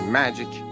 magic